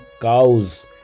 cows